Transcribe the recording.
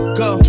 go